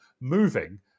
moving